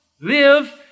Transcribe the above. live